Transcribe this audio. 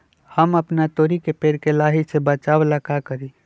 हम अपना तोरी के पेड़ के लाही से बचाव ला का करी?